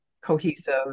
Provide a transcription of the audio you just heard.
cohesive